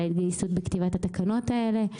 על ההתגייסות בכתיבת התקנות האלה.